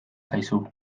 zaizu